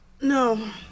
No